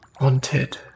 wanted